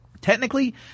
Technically